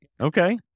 Okay